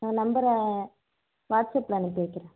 நான் நம்பரை வாட்ஸ்சப்பில் அனுப்பி வைக்கிறேன்